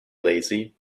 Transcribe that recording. lazy